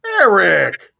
Eric